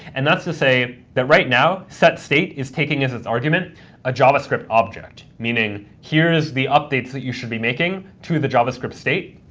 and that's to say that right now, setstate is taking as its argument a javascript object, meaning here is the updates that you should be making to the javascript state.